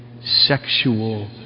sexual